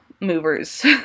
movers